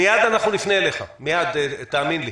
מיד אנחנו נפנה אליך, האמן לי.